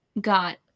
got